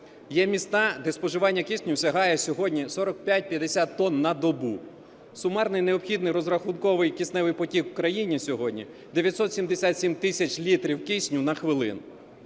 Є міста, де споживання кисню сягає сьогодні 45-50 тонн на добу. Сумарний і необхідний розрахунковий кисневий потік в країні сьогодні 977 тисяч літрів кисню на хвилину.